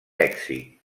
èxit